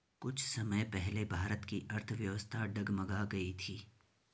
कुछ समय पहले भारत की अर्थव्यवस्था डगमगा गयी थी